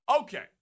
Okay